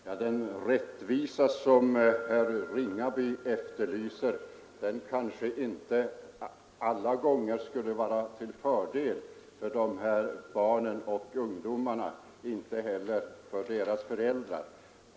Herr talman! Den rättvisa som herr Ringaby efterlyser kanske inte alla gånger skulle vara till fördel för de här barnen och ungdomarna och inte heller för deras föräldrar.